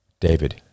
David